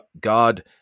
God